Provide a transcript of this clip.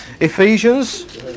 Ephesians